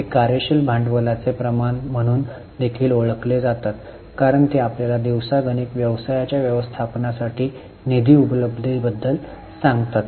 हे कार्यशील भांडवलाचे प्रमाण म्हणून देखील ओळखले जातात कारण ते आपल्याला दिवसागणिक व्यवसायाच्या व्यवस्थापनासाठी निधी उपलब्धतेबद्दल सांगतात